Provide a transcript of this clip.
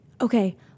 Okay